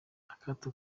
akato